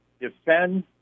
Defend